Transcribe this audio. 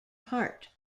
part